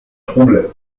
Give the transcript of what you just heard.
trouble